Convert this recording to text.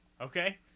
Okay